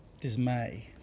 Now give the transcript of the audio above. dismay